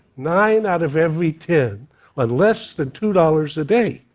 nine out of every ten on less than two dollars a day